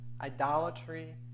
idolatry